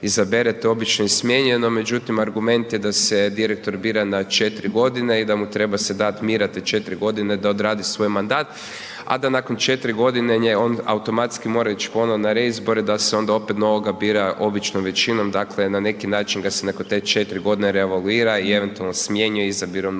izabere to je obično i smijenjeno međutim argument je da se direktor bira na 4 godine i da mu treba se dati mira te 4 godine da odradi svoj mandat a da nakon 4 godine on automatski mora ići ponovno na reizbore da se onda opet novoga bira običnom većinom, dakle na neki način ga se nakon te 4 godine revalvira i eventualno smjenjuje izabirom novoga